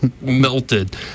Melted